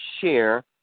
share